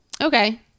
Okay